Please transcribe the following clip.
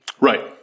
Right